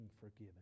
forgiven